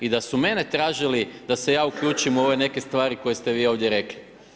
I da su mene tražili da se ja uključim u ove neke stvari koje ste vi ovdje rekli.